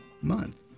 month